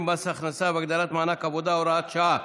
במס הכנסה והגדלת מענק עבודה (הוראת שעה),